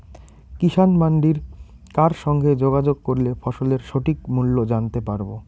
কিষান মান্ডির কার সঙ্গে যোগাযোগ করলে ফসলের সঠিক মূল্য জানতে পারবো?